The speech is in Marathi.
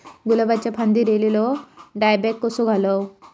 गुलाबाच्या फांदिर एलेलो डायबॅक कसो घालवं?